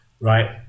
Right